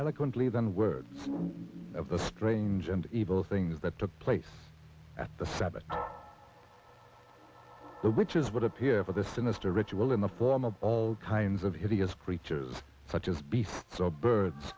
eloquently than words of the strange and evil things that took place at the seven which is what appears at this sinister ritual in the form of all kinds of hideous creatures such as beasts birds